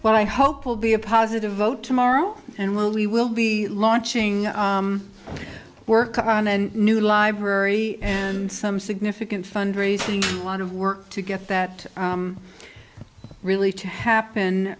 well i hope will be a positive vote tomorrow and while we will be launching work on then new library and some significant fundraising a lot of work to get that really to happen